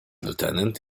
lieutenant